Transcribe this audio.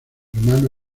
hermano